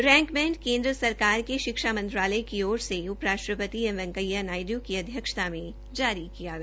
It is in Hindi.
रैंक बैंड केन्द्र सरकार के शिक्षा मंत्रालय की ओर से उप राष्ट्रपति एम वैकेंया नायडू की अध्यक्षता में जारी किया गया